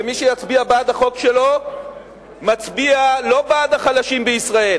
ומי שיצביע בעד החוק שלו מצביע לא בעד החלשים בישראל,